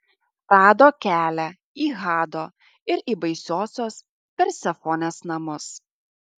rado kelią į hado ir į baisiosios persefonės namus